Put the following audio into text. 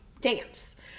Dance